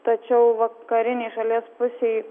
tačiau vakarinėj šalies pusėj